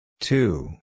Two